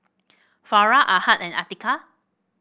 Farah Ahad and Atiqah